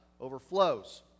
overflows